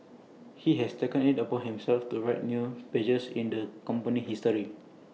he has taken IT upon himself to write new pages in the company's history